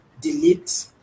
delete